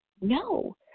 No